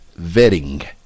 vetting